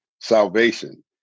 salvation